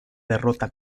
derrota